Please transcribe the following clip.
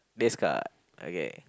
this card okay